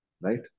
Right